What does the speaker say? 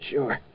Sure